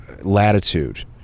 latitude